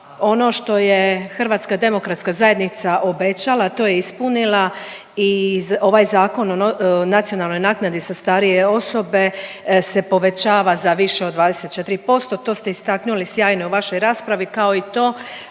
Ono što je Hrvatska demokratska zajednica obećala to je ispunila i ovaj Zakon o nacionalnoj naknadi za starije osobe se povećava za više od 24%. To ste istaknuli sjajno i u vašoj raspravi kao i to